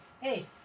hey